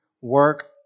work